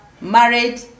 married